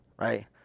right